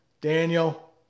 Daniel